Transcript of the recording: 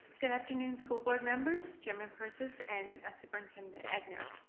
good afternoon, school board members, chairman persis, and superintendent egnor.